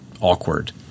awkward